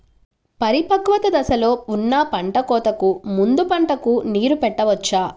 పరిపక్వత దశలో ఉన్న పంట కోతకు ముందు పంటకు నీరు పెట్టవచ్చా?